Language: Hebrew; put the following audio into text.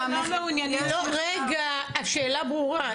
השאלה ברורה.